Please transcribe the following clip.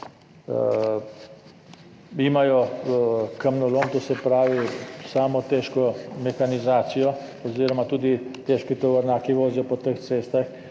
Imajo kamnolom, to se pravi samo težko mehanizacijo oziroma tudi težki tovornjaki vozijo po teh cestah.